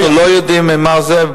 אנחנו לא יודעים ממה זה.